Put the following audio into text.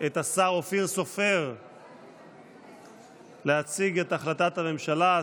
את השר אופיר סופר להציג את החלטת הממשלה.